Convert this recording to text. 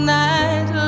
night